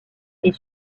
est